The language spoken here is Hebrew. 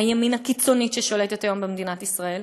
הימין הקיצונית, ששולטת היום במדינת ישראל.